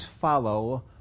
follow